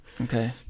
Okay